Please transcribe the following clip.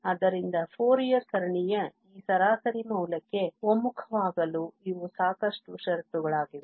ಆದ್ದರಿಂದ ಫೋರಿಯರ್ ಸರಣಿಯ ಈ ಸರಾಸರಿ ಮೌಲ್ಯಕ್ಕೆ ಒಮ್ಮುಖವಾಗಲು ಇವು ಸಾಕಷ್ಟು ಷರತ್ತುಗಳಾಗಿವೆ